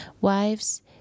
Wives